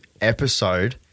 episode